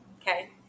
Okay